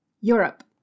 Europe